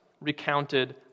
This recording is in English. recounted